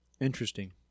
Interesting